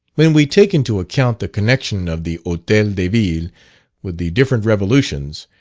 when we take into account the connection of the hotel de ville with the different revolutions,